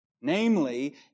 Namely